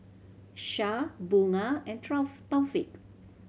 Syah Bunga and Taufik